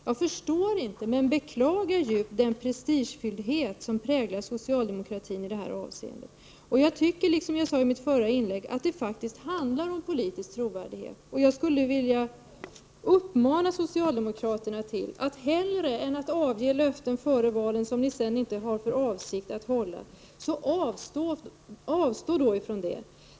Jag förstår inte men beklagar djupt den prestigefylldhet som präglar socialdemokratin i det här avseendet. Jag tycker, som jag sade i mitt förra inlägg, att det faktiskt handlar om politisk trovärdighet, och jag skulle vilja uppmana socialdemokraterna att hellre än att avge löften före valet, som ni sedan inte har för avsikt att hålla, avstå från det.